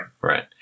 Right